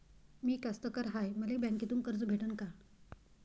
मी कास्तकार हाय, मले बँकेतून कर्ज भेटन का?